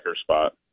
spot